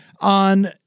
On